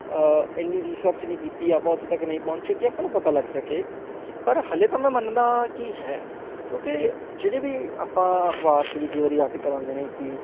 ਇੰਨੀ ਰੀਸਰਚ ਨਹੀਂ ਕੀਤੀ ਆਪਾਂ ਉੱਥੇ ਤੱਕ ਨਹੀਂ ਪਹੁੰਚੇ ਕਿ ਆਪਾਂ ਨੂੰ ਪਤਾ ਲੱਗ ਸਕੇ ਪਰ ਹਾਲੇ ਤਾਂ ਮੈਂ ਮੰਨਦਾ ਕੀ ਹੈ ਕਿਉਂਕਿ ਜਿਹੜੇ ਵੀ ਆਪਾਂ ਅਖਬਾਰ 'ਚ ਵੀ ਕਈ ਵਾਰੀ ਆਰਟੀਕਲ ਆਉਂਦੇ ਨੇ ਕਿ